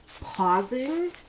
pausing